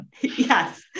Yes